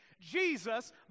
Jesus